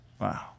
Wow